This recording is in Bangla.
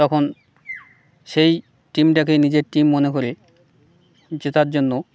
তখন সেই টিমটাকেই নিজের টিম মনে করে জেতার জন্য